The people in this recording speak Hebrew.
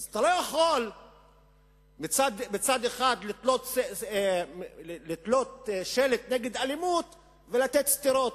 אז אתה לא יכול מצד אחד לתלות שלט נגד אלימות ומצד שני לתת סטירות.